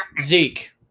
Zeke